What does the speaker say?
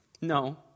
No